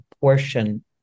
portion